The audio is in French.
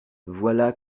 voilà